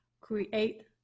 Create